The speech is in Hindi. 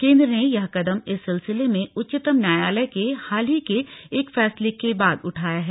केन्द्र ने यह कदम इस सिलसिले में उच्चतम न्यायालय के हाल के एक फैसले के बाद उठाया है